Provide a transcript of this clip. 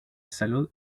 salud